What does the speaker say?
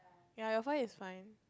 ya your forehead is fine